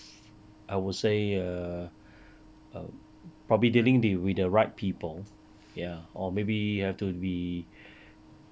I would say err err probably dealing the with the right people ya or maybe you have to be